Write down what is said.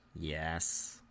Yes